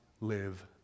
live